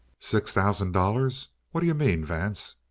six thousand dollars! what do you mean, vance?